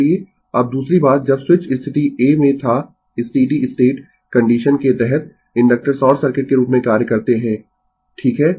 अब दूसरी बात जब स्विच स्थिति a में था स्टीडी स्टेट कंडीशन के तहत इंडक्टर शॉर्ट सर्किट के रूप में कार्य करते है ठीक है